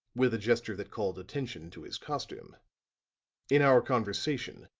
with a gesture that called attention to his costume in our conversation,